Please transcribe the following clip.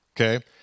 okay